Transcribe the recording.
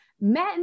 men